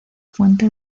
fuente